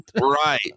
right